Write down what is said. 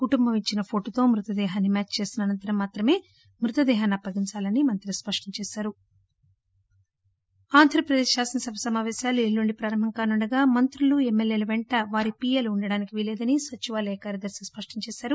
కుటుంబం ఇచ్చిన ఫోటోతో మృతదేహాన్ని మ్యాచ్ చేసిన అనంతరం మాత్రమే మృతదేహాన్ని అప్పగించాలని మంత్రి స్పష్టం చేశారు ఆంధ్రప్రదేశ్ శాసనసభ సమాపేశాలు ఎల్లుండి ప్రారంభం కానుండగా మంత్రులు ఎమ్మెల్యేల పెంట వారి పిఎలు ఉండడానికి వీల్లేదని సచివాలయ కార్యదర్ని స్పష్టం చేశారు